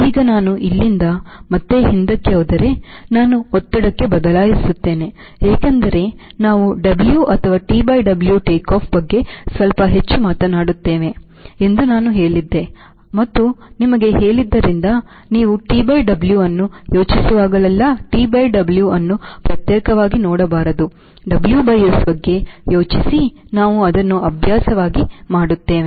ಈಗ ನಾನು ಇಲ್ಲಿಂದ ಮತ್ತೆ ಹಿಂದಕ್ಕೆ ಹೋದರೆ ನಾನು ಒತ್ತಡಕ್ಕೆ ಬದಲಾಯಿಸುತ್ತೇನೆ ಏಕೆಂದರೆ ನಾವು W ಅಥವಾ T W ಟೇಕ್ ಆಫ್ ಬಗ್ಗೆ ಸ್ವಲ್ಪ ಹೆಚ್ಚು ಮಾತನಾಡುತ್ತೇವೆ ಎಂದು ನಾನು ಹೇಳಿದೆ ಮತ್ತು ನಾನು ನಿಮಗೆ ಹೇಳಿದ್ದರಿಂದ ನೀವು TWಅನ್ನು ಯೋಚಿಸುವಾಗಲೆಲ್ಲಾ TWಅನ್ನು ಪ್ರತ್ಯೇಕವಾಗಿ ನೋಡಬಾರದು WS ಬಗ್ಗೆ ಯೋಚಿಸಿ ನಾವು ಅದನ್ನು ಅಭ್ಯಾಸವಾಗಿ ಮಾಡುತ್ತೇವೆ